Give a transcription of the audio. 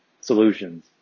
solutions